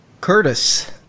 Curtis